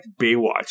Baywatch